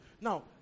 Now